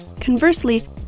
Conversely